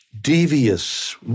devious